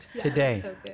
today